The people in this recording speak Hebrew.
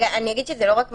זה לא רק מחלים,